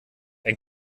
ein